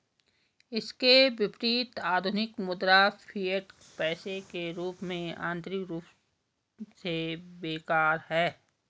इसके विपरीत, आधुनिक मुद्रा, फिएट पैसे के रूप में, आंतरिक रूप से बेकार है